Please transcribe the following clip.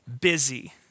busy